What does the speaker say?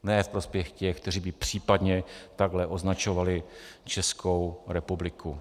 Ne v prospěch těch, kteří by případně takto označovali Českou republiku.